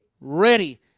ready